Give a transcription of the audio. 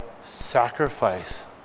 sacrifice